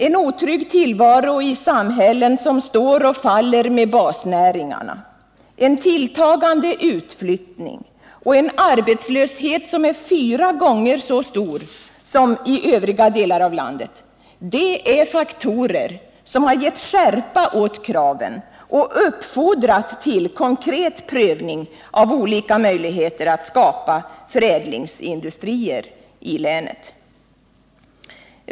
En otrygg tillvaro i samhällen som står och faller med basnäringarna, en tilltagande utflyttning och en arbetslöshet som är fyra gånger så stor som i övriga delar av landet — det är faktorer som gett skärpa åt kraven och uppfordrat till konkret prövning av olika möjligheter att skapa förädlingsindustrier i länet.